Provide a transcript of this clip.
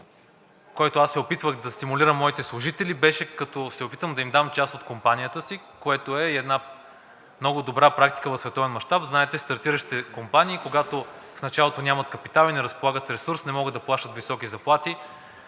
който аз се опитвах да стимулирам моите служители, беше, като се опитам да им дам част от компанията си, което е и една много добра практика в световен мащаб. Знаете, че стартиращите компании в началото нямат капитал и не разполагат с ресурс, не могат да плащат високи заплати,